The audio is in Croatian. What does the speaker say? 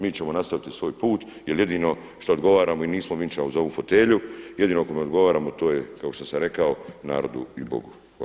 Mi ćemo nastaviti svoj put jel jedino što odgovaramo i nismo … za ovu fotelju, jedino kome odgovaramo to je kao što sam rekao narodu i Bogu.